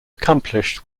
accomplished